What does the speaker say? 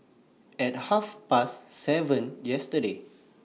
At Half Past seven yesterday